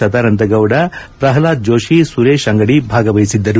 ಸದಾನಂದ ಗೌಡ ಪ್ರಹ್ನಾದ್ ಜೋಷಿ ಸುರೇಶ್ ಅಂಗಡಿ ಭಾಗವಹಿಸಿದ್ದರು